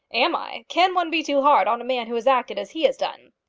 am i? can one be too hard on a man who has acted as he has done?